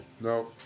No